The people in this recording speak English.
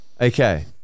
Okay